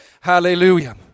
Hallelujah